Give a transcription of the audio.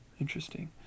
Interesting